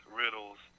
riddles